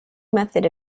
method